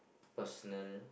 personal~